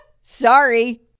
Sorry